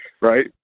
right